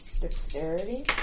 Dexterity